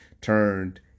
turned